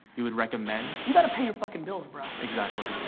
you would recommend? you gotta pay your fucking bills, bro. exactly.